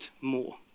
more